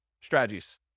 strategies